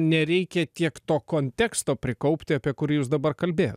nereikia tiek to konteksto prikaupti apie kurį jūs dabar kalbėjot